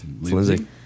Lindsay